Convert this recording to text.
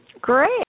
Great